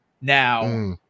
Now